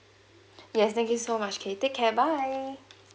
yes thank you so much K take care bye